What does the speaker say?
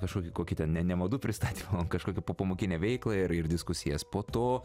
kažkokį kokį ten ne ne madų pristatymą kažkokią popamokinę veiklą ir ir diskusijas po to